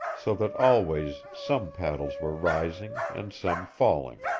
so that always some paddles were rising and some falling.